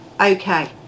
okay